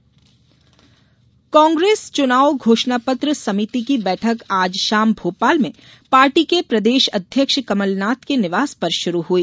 काग्रेस बैठक कांग्रेस चुनाव घोषणा पत्र समिति की बैठक आज शाम भोपाल में पार्टी के प्रदेश अध्यक्ष कमलनाथ के निवास पर शुरू हुई